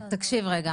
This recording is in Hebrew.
תקשיב רגע,